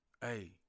Hey